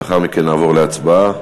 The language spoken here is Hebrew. לאחר מכן נעבור להצבעה.